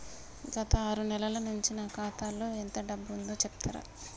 గత ఆరు నెలల నుంచి నా ఖాతా లో ఎంత డబ్బు ఉందో చెప్తరా?